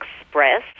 Express